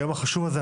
היום החשוב הזה,